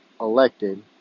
elected